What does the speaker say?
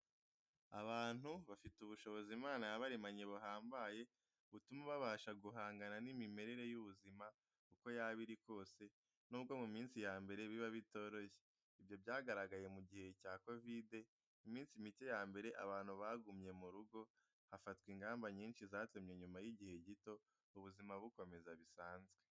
Abantu bafite ubushobozi Imana yabaremanye buhambaye, butuma babasha guhangana n'imimerere y'ubuzima uko yaba iri kose, n'ubwo mu minsi ya mbere biba bitoroshye, ibyo byagaragaye mu gihe cya Kovide, iminsi mike ya mbere abantu bagumye mu rugo, hafatwa ingamba nyinshi zatumye nyuma y'igihe gito ubuzima bukomeza bisanzwe.